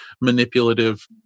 manipulative